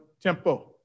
tempo